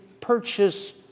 purchase